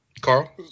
Carl